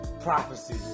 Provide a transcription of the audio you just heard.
Prophecy